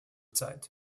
zeit